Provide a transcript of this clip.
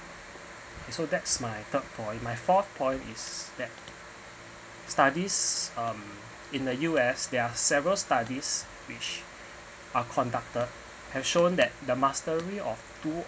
so that's my third point my fourth point is that studies um in the U_S there are several studies which are conducted have shown that the mastery of two